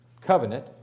covenant